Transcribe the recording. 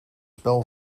spel